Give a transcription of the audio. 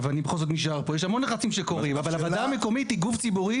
אבל פה בחוק ההסדרים אם אנחנו רוצים לעזור למשבר הדיור,